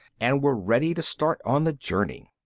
and were ready to start on their journey.